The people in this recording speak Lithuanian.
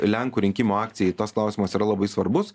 lenkų rinkimų akcijai tas klausimas yra labai svarbus